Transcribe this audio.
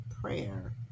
Prayer